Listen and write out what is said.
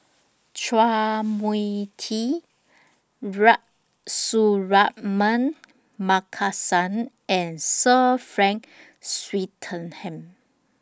Chua Mia Tee Suratman Markasan and Sir Frank Swettenham